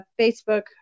Facebook